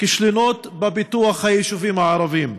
כישלונות בפיתוח היישובים הערביים.